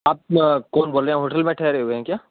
آپ کون بول رہے ہیں ہوٹل میں ٹھہرے ہوئے ہیں کیا